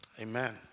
Amen